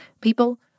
People